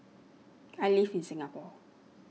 I live in Singapore